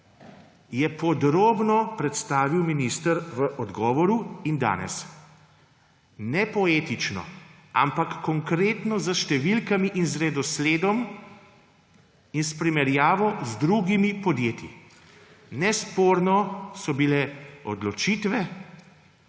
je podrobno predstavil minister v odgovoru in danes. Ne poetično, ampak konkretno s številkami in z redosledom in s primerjavo z drugimi podjetji. Nesporno so bile odločitve